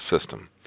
system